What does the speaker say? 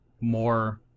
more